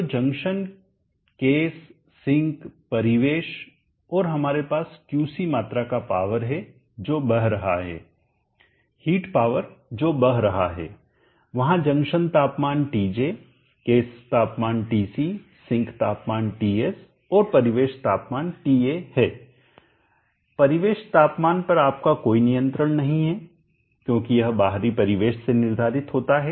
तो junction case sink परिवेश और हमारे पास क्यूसी मात्रा का पावर है जो बह रहा है हीट पावर जो बह रहा है वहां जंक्शन तापमान Tj केस तापमान Tc सिंक तापमान Ts और परिवेश तापमान Ta है परिवेश तापमान पर आपका कोई नियंत्रण नहीं है क्योंकि यह बाहरी परिवेश से निर्धारित होता है